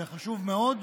וזה חשוב מאוד,